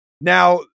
now